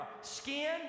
skin